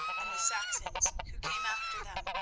and the saxons who came after them,